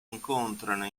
incontrano